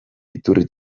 iturri